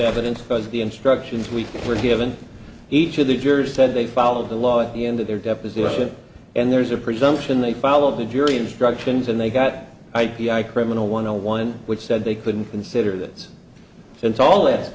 evidence because the instructions we were given each of the jurors said they followed the law at the end of their deposition and there's a presumption they followed the jury instructions and they got i p i criminal one on one which said they couldn't consider that since all it's